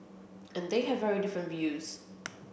and they have very different views